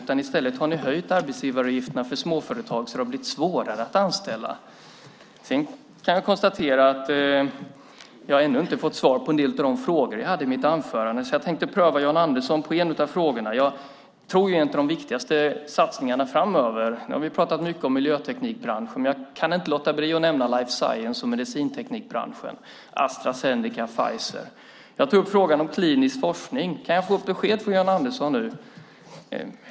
I stället har ni höjt arbetsgivaravgifterna för småföretag så att det har blivit svårare att anställa. Jag kan konstatera att jag ännu inte har fått svar på en del av de frågor jag hade i mitt anförande. Jag tänkte pröva Jan Andersson på en av frågorna. Vi har pratat mycket om miljöteknikbranschen. Jag kan inte låta bli att nämna life science och medicinteknikbranschen, Astra Zeneca, Pfizer. Jag tog upp frågan om klinisk forskning. Kan jag få ett besked från Jan Andersson?